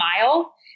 mile